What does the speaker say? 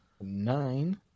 Nine